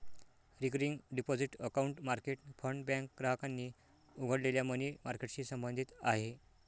recurring deposit account market fund bank ग्राहकांनी उघडलेल्या money मार्केटशी संबंधित आहे